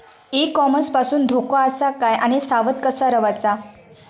E commerce पासून धोको आसा काय आणि सावध कसा रवाचा?